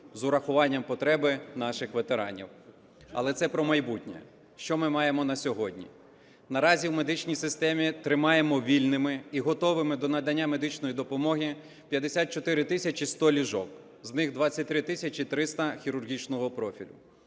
з урахуванням потреби наших ветеранів. Але це про майбутнє. Що ми маємо на сьогодні? Наразі в медичній системі тримаємо вільними і готовими до надання медичної допомоги 54 тисячі 100 ліжок, з них 23 тисячі 300 – хірургічного профілю.